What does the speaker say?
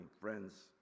friends